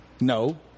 No